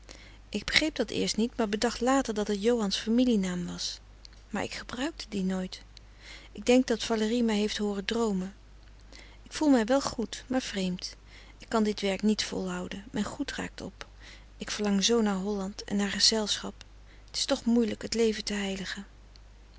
ik begreep dat eerst niet maar bedacht later dat het johan's familie-naam was maar ik gebruikte die nooit ik denk dat valérie mij heeft hooren droomen ik voel mij wel goed maar vreemd ik kan dit werk niet volhouden mijn goed raakt op ik verlang zoo naar holland en naar gezelschap het is toch moeielijk het leven te heiligen